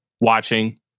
watching